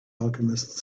alchemist